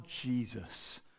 Jesus